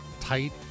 tight